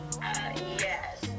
yes